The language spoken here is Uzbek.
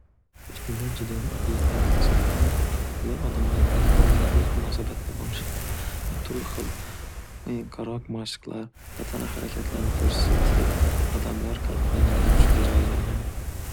Delfinlar judayam aqlli hayvon hisoblanib, ular odamlar bilan doimo iliq munosabatda bo'lishadi va turli xil o'yinqaroq mashqlar va tana harakatlarni ko'rsatib odamlar qalbidan juda ham chuqur joy egallagan.